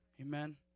Amen